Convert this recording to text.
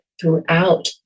throughout